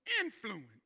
influence